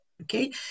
Okay